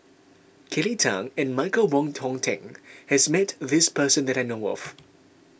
Kelly Tang and Michael Wong Hong Teng has met this person that I know of